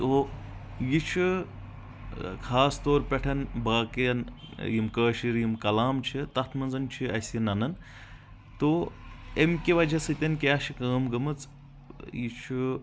تو یہِ چھُ خاص طور پٮ۪ٹھ باقین یِم کٲشر یِم کلام چھِ تتھ منٛز چھُ اسہِ ننن تو امہِ کہِ وجہ سۭتۍ کیٛاہ چھِ کٲم گٔمٕژ یہِ چھُ